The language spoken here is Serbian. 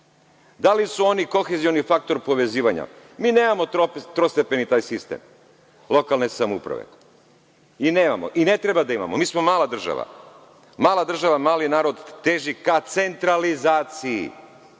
Da li su oni kohezioni faktor povezivanja? Mi nemamo trostepeni taj sistem lokalne samouprave. Nemamo i ne treba da imamo. Mi smo mala država. Mala država, mali narod teži ka centralizaciji.